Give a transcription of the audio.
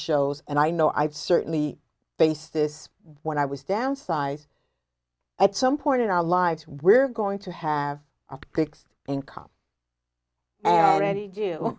shows and i know i've certainly faced this when i was downsized at some point in our lives we're going to have a fixed income and